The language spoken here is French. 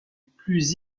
plus